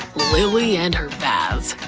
lilly and her baths.